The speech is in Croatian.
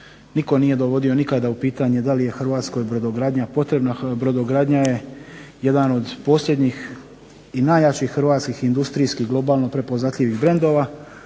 nitko nije dovodio nikada u pitanje da li je Hrvatskoj brodogradnja potrebna. Brodogradnja je jedan od posljednjih i najjačih hrvatskih industrijskih globalno prepoznatljivih brendova.